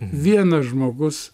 vienas žmogus